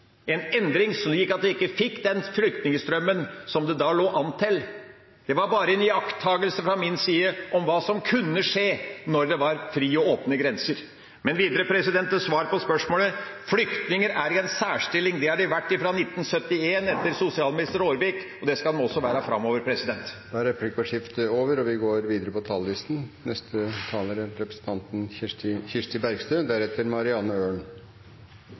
en endring slik at en ikke fikk den flyktningstrømmen som det da lå an til. Det var bare en iakttagelse fra min side om hva som kunne skje når det var frie og åpne grenser. Men videre til svar på spørsmålet: Flyktninger er i en særstilling. Det har de vært fra 1971, etter sosialminister Aarvik, og det skal de også være framover. Replikkordskiftet er over. I denne saken er det lagt opp til store hogg i velferden fra regjeringens side. Så er skuldrene litt høye i debatten, og det skyldes at det er